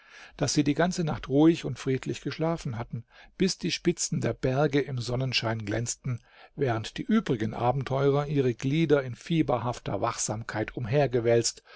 daß sie die ganze nacht ruhig und friedlich geschlafen hatten bis die spitzen der berge im sonnenschein glänzten während die übrigen abenteurer ihre glieder in fieberhafter wachsamkeit